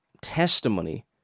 Testimony